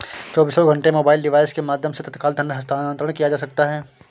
चौबीसों घंटे mobile device के माध्यम से तत्काल धन हस्तांतरण किया जा सकता है